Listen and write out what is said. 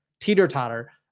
teeter-totter